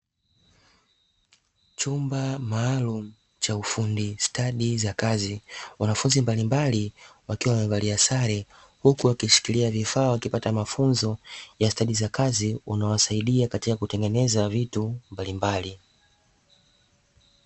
Chumba maalumu cha ufundi stadi za kazi, wanafunzi mbalimbali wakiwa wamevalia sare, huku wakishikilia vifaa wakipata mafunzo ya stadi za kazi unaowasaidia katika kutengeneza vitu mbalimbali.